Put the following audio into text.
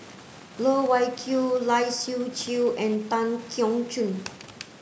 Loh Wai Kiew Lai Siu Chiu and Tan Keong Choon